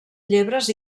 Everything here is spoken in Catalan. llebres